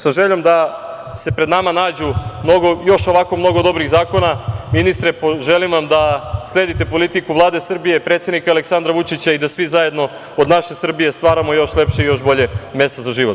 Sa željom da se pred nama nađe još dobrih zakona, ministre, želim vam da sledite politiku Vlade Srbije, predsednika Aleksandra Vučića i da svi zajedno od naše Srbije stvaramo još lepše i još bolje mesto za život.